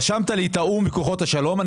רשמת את האו"ם וכוחות השלום.